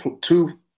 two